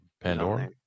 Pandora